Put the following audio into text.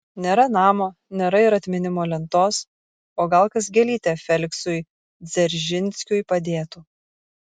nėra namo nėra ir atminimo lentos o gal kas gėlytę feliksui dzeržinskiui padėtų